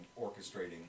orchestrating